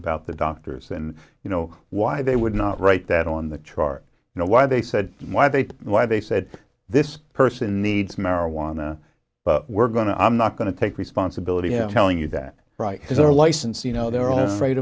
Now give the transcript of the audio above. about the doctors and you know why they would not write that on the chart you know why they said why they why they said this person needs marijuana but we're going to i'm not going to take responsibility and telling you that right is our license you know they're all right